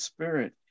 Spirit